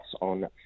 on